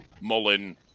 Mullen